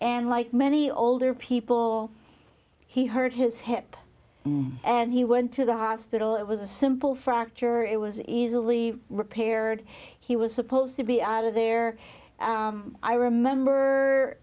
and like many older people he hurt his hip and he went to the hospital it was a simple fracture it was easily repaired he was supposed to be out of there i remember